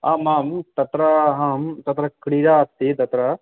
आमां तत्र अहं तत्र क्रीडा अस्ति तत्र